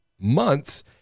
months